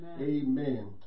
Amen